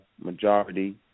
majority